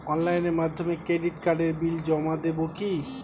অনলাইনের মাধ্যমে ক্রেডিট কার্ডের বিল জমা দেবো কি?